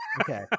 Okay